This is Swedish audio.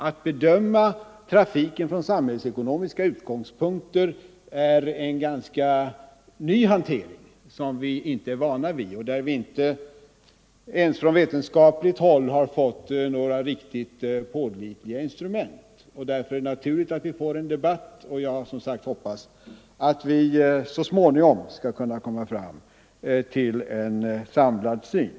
Att bedöma trafiken från samhällsekonomiska utgångspunkter är en ganska ny hantering, som vi inte är vana vid — vi har inte ens från vetenskapligt håll här fått några riktigt pålitliga instrument. Därför är det naturligt att det blir debatt. Jag hoppas som sagt att vi så småningom skall kunna komma fram till en samlad syn.